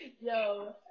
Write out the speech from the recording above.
Yo